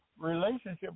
relationship